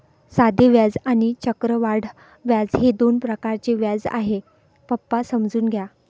साधे व्याज आणि चक्रवाढ व्याज हे दोन प्रकारचे व्याज आहे, पप्पा समजून घ्या